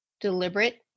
deliberate